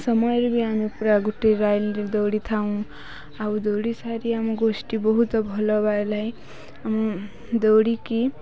ସମୟରେ ବି ଆମେ ପୁରା ଗୋଟେ ଦୌଡ଼ିଥାଉ ଆଉ ଦୌଡ଼ି ସାରି ଆମ ଗୋଷ୍ଠୀ ବହୁତ ଭଲ ପାଇଥାଏ ଦୌଡ଼ିକି